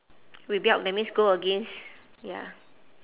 rebelled that means go against ya